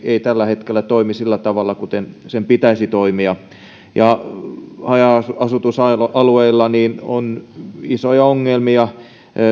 ei tällä hetkellä toimi sillä tavalla kuin sen pitäisi toimia ja haja asutusalueilla on isoja ongelmia